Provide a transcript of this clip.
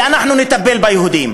ואנחנו נטפל ביהודים,